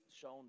shown